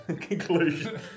conclusion